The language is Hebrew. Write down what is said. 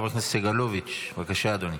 חבר הכנסת סגלוביץ', בבקשה, אדוני.